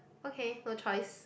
okay no choice